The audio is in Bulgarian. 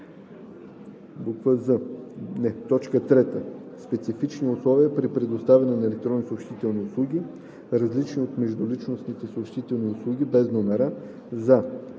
и 79; 3. специфични условия при предоставяне на електронни съобщителни услуги, различни от междуличностните съобщителни услуги без номера, за: а)